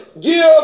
Give